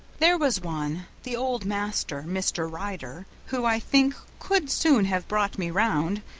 there was one the old master, mr. ryder who, i think, could soon have brought me round,